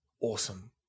awesome